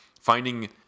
finding